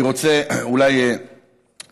אני רוצה במילה האחרונה,